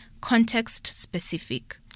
context-specific